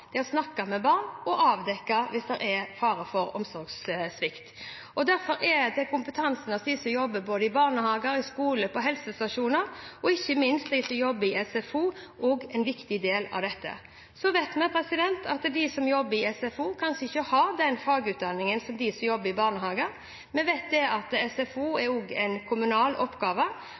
de som har kontakt med barn hver eneste dag, har en kompetanse til å se barn, snakke med barn og avdekke det hvis det er fare for omsorgssvikt. Derfor er kompetansen hos dem som jobber i barnehager, på skoler, på helsestasjoner og ikke minst i SFO, også en viktig del av dette. Så vet vi at de som jobber i SFO, kanskje ikke har den fagutdanningen som de som jobber i barnehager. Vi vet at SFO er også en kommunal oppgave,